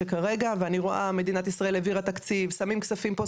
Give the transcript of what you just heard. שכרגע ואני רואה מדינת ישראל העבירה שמים כספים פה,